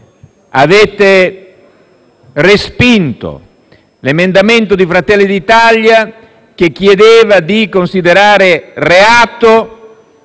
Avete respinto l'emendamento di Fratelli d'Italia che chiedeva di considerare reato